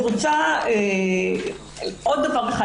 אני רוצה להגיד עוד דבר אחד,